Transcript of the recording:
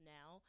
now